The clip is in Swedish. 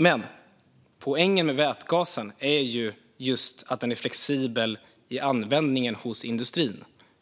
olja. Poängen med vätgasen är att den är flexibel i användningen hos industrin.